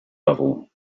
level